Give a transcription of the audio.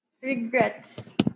Regrets